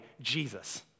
Jesus